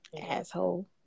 asshole